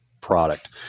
product